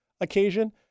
occasion